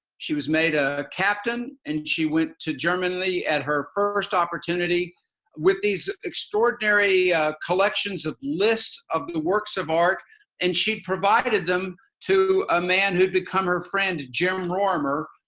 she was made a captain and she went to germany at her first opportunity with these extraordinary collections of lists of the works of art and she provided them to a man who'd become her friend, jim rorimer.